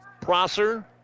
Prosser